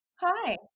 Hi